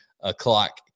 o'clock